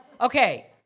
Okay